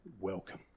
welcome